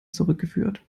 zurückgeführt